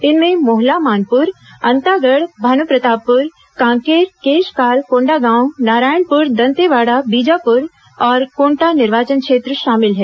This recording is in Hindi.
इनमें मोहला मानपुर अंतागढ़ भानुप्रतापपुर कांकेर केशकाल कोंडागांव नारायणपुर दंतेवाड़ा बीजापुर और कोंटा निर्वाचन क्षेत्र शामिल हैं